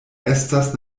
estas